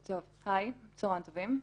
הי, צהרים טובים.